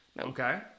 Okay